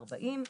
ארבעים.